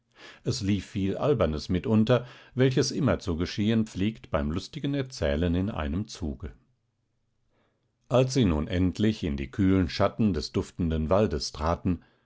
es lief viel albernes mit unter welches immer zu geschehen pflegt beim lustigen erzählen in einem zuge als sie nun endlich in die kühlen schatten des duftenden waldes traten